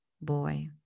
boy